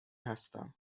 هستم